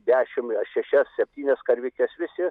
dešimt šešias septynias karvikes visi